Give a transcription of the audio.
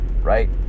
right